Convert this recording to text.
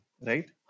right